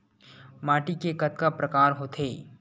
माटी के कतका प्रकार होथे?